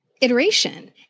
iteration